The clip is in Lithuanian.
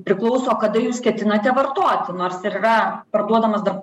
priklauso kada jūs ketinate vartoti nors ir yra parduodamas dar